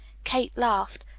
kate laughed.